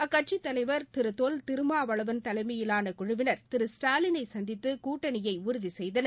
அக்கட்சித் தலைவர் திரு தொல் திருமாவளவன் தலைமையிலான குழுவினர் திரு ஸ்டாலினை சந்தித்து கூட்டணியை உறுதி செய்தனர்